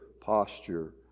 posture